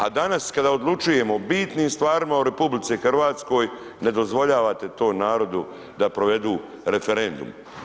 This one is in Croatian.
A danas kada odlučujemo o bitnim stvarima u RH ne dozvoljavate tom narodu da provedu referendum.